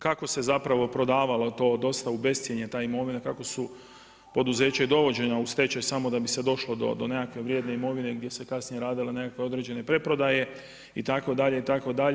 Kako se zapravo prodavalo to dosta u bescjene ta imovina, kako su poduzeća dovođena u stečaj, samo kako da bi se došlo do nekakve vrijedne imovine, gdje su se kasnije radile nekakve određene preprodaje itd., itd.